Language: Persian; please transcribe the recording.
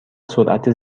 سرعت